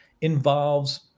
involves